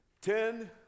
ten